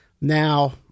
now